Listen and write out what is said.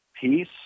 peace